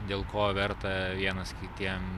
dėl ko verta vienas kitiem